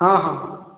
ହଁ ହଁ